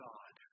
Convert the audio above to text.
God